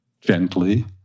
gently